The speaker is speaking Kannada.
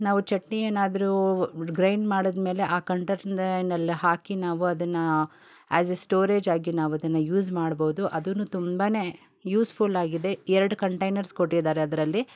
ನಾವು ಚಟ್ನಿ ಏನಾದರೂ ಗ್ರೈಂಡ್ ಮಾಡಿದ್ಮೇಲೆ ಆ ಕಂಟರ್ಟೈನ್ನಲ್ಲಿ ಹಾಕಿ ನಾವು ಅದನ್ನು ಆ್ಯಸ್ ಎ ಸ್ಟೋರೇಜಾಗಿ ನಾವು ಅದನ್ನು ಯೂಸ್ ಮಾಡ್ಬೊದು ಅದನ್ನು ತುಂಬ ಯೂಸ್ಫುಲ್ಲಾಗಿದೆ ಎರಡು ಕಂಟೈನರ್ಸ್ ಕೊಟ್ಟಿದಾರೆ ಅದರಲ್ಲಿ